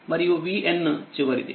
మరియు vn చివరిది